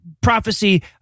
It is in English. prophecy